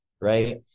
right